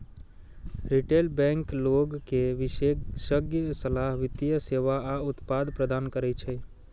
retail bank लोग कें विशेषज्ञ सलाह, वित्तीय सेवा आ उत्पाद प्रदान करै छै